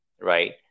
right